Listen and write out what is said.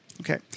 Okay